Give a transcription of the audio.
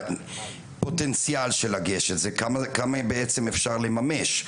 הפוטנציאל של לגשת, זה כמה אפשר לממש.